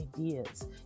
ideas